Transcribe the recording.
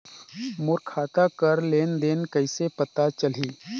मोर खाता कर लेन देन कइसे पता चलही?